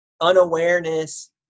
unawareness